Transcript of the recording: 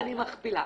-- אני מכפילה.